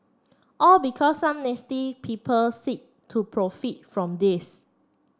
all because some nasty people seek to profit from this